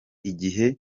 igihe